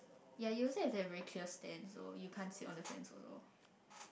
ya you also have to have a very clear stand so you can't sit on the fence also